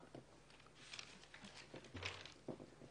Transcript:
ההשחתה